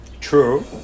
True